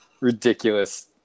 ridiculous